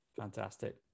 Fantastic